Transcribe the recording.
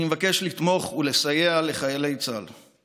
אני מבקש לתמוך בחיילי צה"ל ולסייע להם.